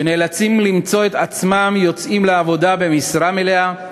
שנאלצים למצוא את עצמם יוצאים לעבודה במשרה מלאה,